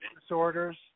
disorders